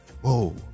Whoa